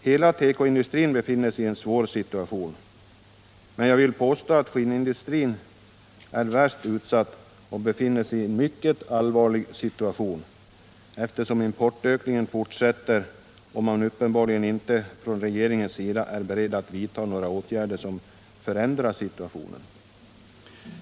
Hela tekoindustrin har en svår situation, men jag vill påstå att skinnindustrin är värst utsatt och befinner sig i ett mycket allvarligt läge, eftersom importökningen fortsätter och man uppenbarligen inte från regeringens sida är beredd att vidta några åtgärder som förändrar situationen.